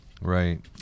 Right